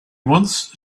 wants